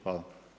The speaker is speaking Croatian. Hvala.